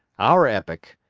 our epoch,